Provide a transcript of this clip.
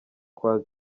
kwa